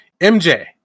MJ